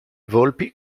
volpi